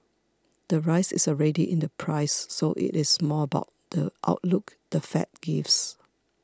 the rise is already in the price so it's more about the outlook the Fed gives